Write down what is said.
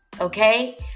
okay